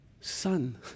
son